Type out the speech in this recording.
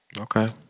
Okay